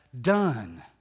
done